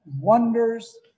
wonders